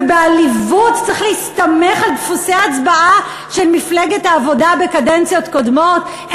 ובעליבות צריך להסתמך על דפוסי הצבעה של מפלגת העבודה בקדנציות קודמות.